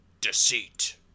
Deceit